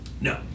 No